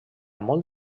molt